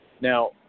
Now